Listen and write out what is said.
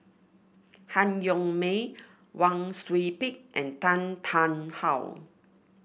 Han Yong May Wang Sui Pick and Tan Tarn How